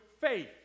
faith